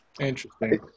Interesting